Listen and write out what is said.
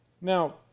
Now